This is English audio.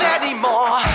anymore